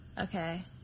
okay